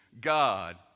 God